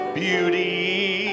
beauty